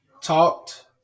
talked